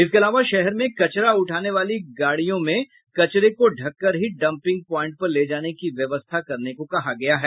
इसके अलावा शहर में कचरा उठाने वाली गाड़ियों में कचरे को ढंककर ही डंपिंग प्वाईट पर ले जाने की व्यवस्था करने को कहा गया है